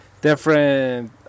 different